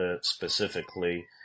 specifically